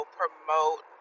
promote